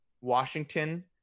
Washington